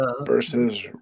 versus